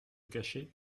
cacher